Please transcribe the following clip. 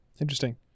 Interesting